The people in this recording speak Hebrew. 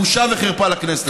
בושה וחרפה לכנסת הזאת.